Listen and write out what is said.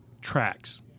tracks